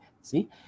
see